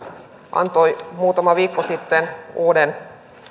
antoi muutama viikko sitten uuden